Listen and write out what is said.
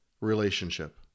relationship